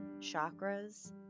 chakras